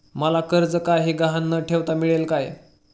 मला कर्ज काही गहाण न ठेवता मिळेल काय?